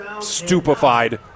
stupefied